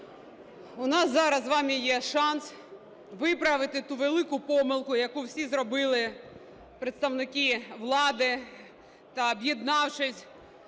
у нас зараз з вами є шанс виправити ту велику помилку, яку всі зробили представники влади та, об'єднавшись